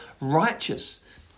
righteous